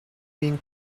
being